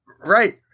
Right